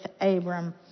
Abram